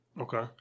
Okay